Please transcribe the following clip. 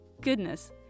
goodness